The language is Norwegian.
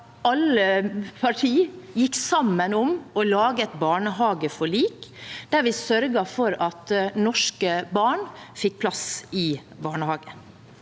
alle partier gikk sammen om å lage et barnehageforlik, der vi sørget for at norske barn fikk plass i barnehage.